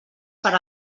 per